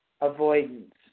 avoidance